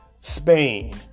Spain